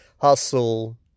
hustle